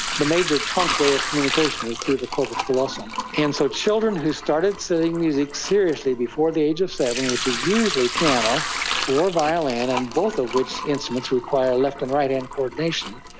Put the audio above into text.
the major trunk way of communication is through the corpus callosum. and so children who started studying music seriously before the age of seven, which is usually piano or violin, and both of which instruments require left and right hand coordination,